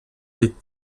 des